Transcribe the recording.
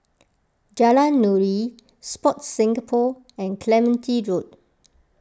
Jalan Nuri Sport Singapore and Clementi Road